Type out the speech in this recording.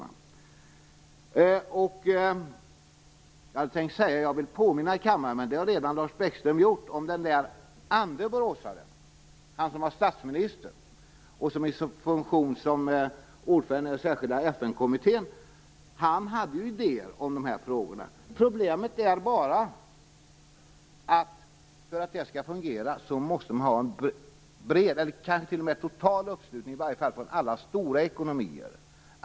Jag hade tänkt påminna kammaren om den där andre boråsaren, han som var statsminister, men det har redan Lars Bäckström gjort. I alla fall hade Ingvar FN-kommittén idéer om de här frågorna. Problemet är bara det att för att detta skall fungera måste man ha en bred, kanske t.o.m. total, uppslutning från i varje fall alla stora ekonomier.